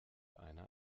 einer